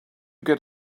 get